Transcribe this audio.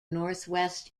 northwest